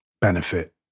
benefit